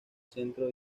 centro